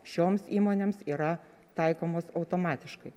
šioms įmonėms yra taikomos automatiškai